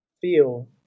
feel